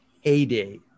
heyday